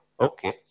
Okay